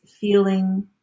feeling